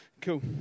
Cool